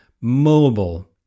mobile